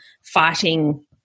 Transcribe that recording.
fighting